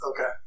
Okay